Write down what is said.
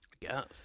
Yes